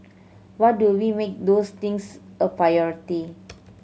what do we make those things a priority